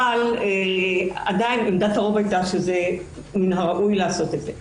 אבל עדיין עמדת הרוב הייתה שראוי לעשות את זה.